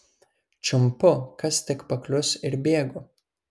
čiumpu kas tik paklius ir bėgu